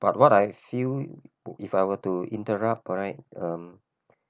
but what I feel if I were to interrupt right um